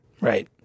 right